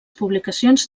publicacions